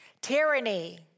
Tyranny